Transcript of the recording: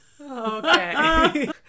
Okay